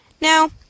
Now